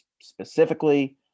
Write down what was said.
Specifically